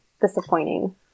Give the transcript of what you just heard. Disappointing